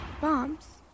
Bombs